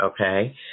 Okay